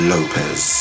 Lopez